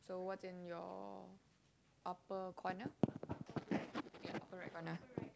so what's in your upper corner yeah upper right corner